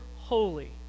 holy